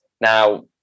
Now